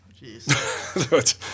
Jeez